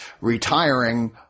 retiring